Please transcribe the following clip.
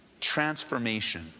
transformation